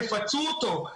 תפצו אותו,